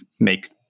make